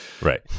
Right